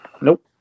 nope